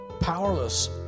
Powerless